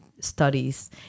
studies